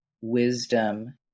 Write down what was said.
wisdom